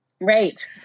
Right